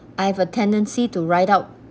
I have a tendency to write out